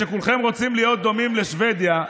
כולכם רוצים להיות דומים לשבדיה,